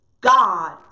God